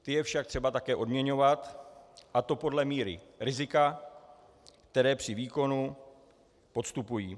Ty je však také třeba odměňovat, a to podle míry rizika, které při výkonu podstupují.